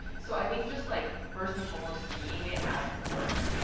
so i think just like first and foremost, seeing it as work,